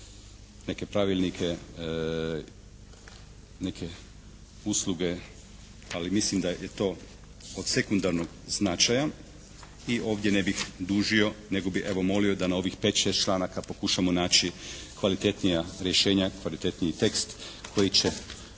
neke pravilnike, neke usluge, ali mislim da je to od sekundarnog značaja. I ovdje ne bih dužio nego bih evo molio da na ovih 5, 6 članaka pokušamo naći kvalitetnija rješenja, kvalitetniji tekst koji će